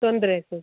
ತೊಂದರೆ ಆಯಿತು